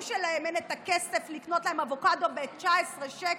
שלהם אין להם את הכסף לקנות להם אבוקדו ב-19 שקל,